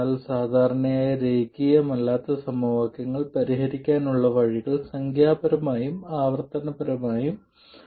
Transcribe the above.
എന്നാൽ സാധാരണയായി രേഖീയമല്ലാത്ത സമവാക്യങ്ങൾ പരിഹരിക്കാനുള്ള വഴികൾ സംഖ്യാപരമായും ആവർത്തനപരമായും ആണ്